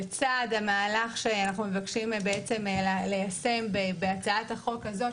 לצד המהלך שאנחנו מבקשים ליישם בהצעת החוק הזאת,